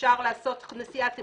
אפשר לעשות נסיעת המשך.